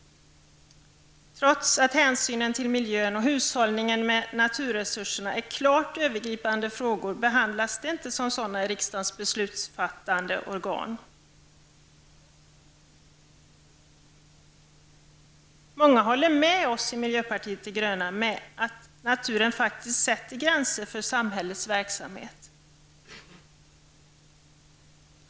Trots att frågor som rör hänsynen till miljön och hushållningen med naturresurserna är klart övergripande behandlas de inte som sådana av riksdagen som beslutsfattande organ. Många håller med oss i miljöpartiet de gröna om att naturen faktiskt sätter gränser för samhällets verksamhet.